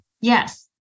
Yes